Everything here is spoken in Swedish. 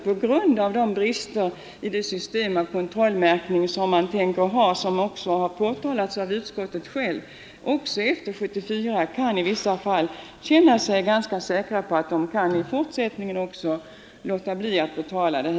På grund av brister i det system med kontrollmärkning man tänker ha och som har påtalats av utskottet självt, kan de också efter 1974 i vissa fall känna sig ganska säkra på att de även i fortsättningen kan låta bli att betala premier.